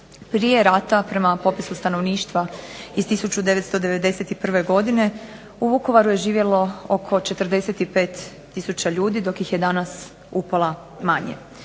Prije rata prema popisu stanovništva iz 1991. godine u Vukovaru je živjelo oko 45 tisuća ljudi dok ih je danas upola manje.